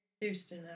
Houston